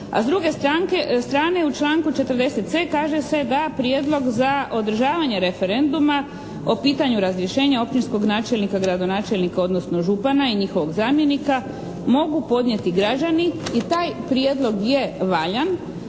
a s druge strane u članku 40.c, kaže se da Prijedlog za održavanje referenduma o pitanju razrješenju općinskog načelnika, gradonačelnika odnosno župana i njihovog zamjenika mogu podnijeti građani i taj prijedlog je valjan